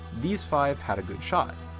these five had a good shot.